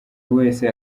wese